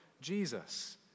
Jesus